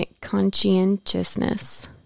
conscientiousness